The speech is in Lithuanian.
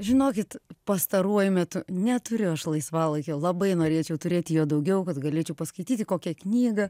žinokit pastaruoju metu neturiu aš laisvalaikio labai norėčiau turėti jo daugiau kad galėčiau paskaityti kokią knygą